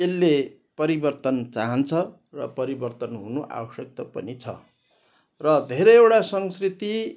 यसले परिवर्तन चाहन्छ र परिवर्तन हुनु आवश्यकता पनि छ र धेरैवटा संस्कृति